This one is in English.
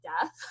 death